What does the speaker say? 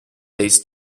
dates